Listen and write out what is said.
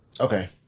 Okay